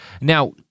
Now